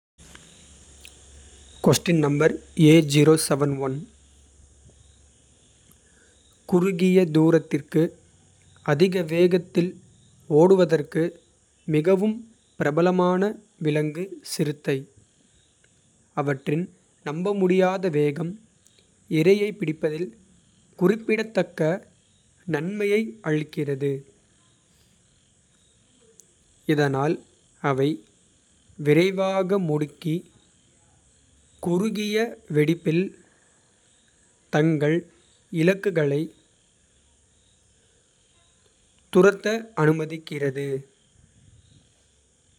குறுகிய தூரத்திற்கு அதிக வேகத்தில் ஓடுவதற்கு. மிகவும் பிரபலமான விலங்கு சிறுத்தை. அவற்றின் நம்பமுடியாத வேகம் இரையைப் பிடிப்பதில். குறிப்பிடத்தக்க நன்மையை அளிக்கிறது. இதனால் அவை விரைவாக முடுக்கி குறுகிய வெடிப்பில் தங்கள். இலக்குகளைத் துரத்த அனுமதிக்கிறது.